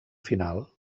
final